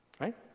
Right